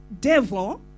devil